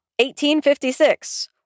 1856